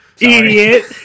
Idiot